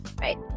right